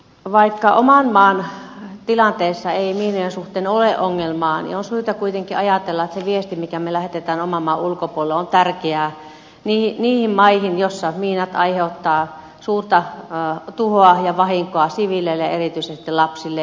vaikka oman maan tilanteessa ei miinojen suhteen ole ongelmaa niin on syytä kuitenkin ajatella että se viesti minkä me lähetämme oman maan ulkopuolelle on tärkeä niihin maihin joissa miinat aiheuttavat suurta tuhoa ja vahinkoa siviileille erityisesti lapsille